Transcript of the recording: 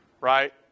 right